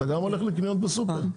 אתה גם הולך לקניות בסופר?